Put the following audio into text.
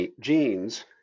genes